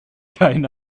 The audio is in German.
keinen